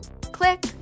Click